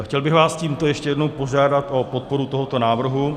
Chtěl bych vás tímto ještě jednou požádat o podporu tohoto návrhu.